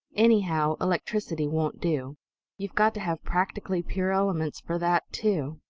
anyhow, electricity won't do you've got to have practically pure elements for that, too.